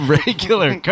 regular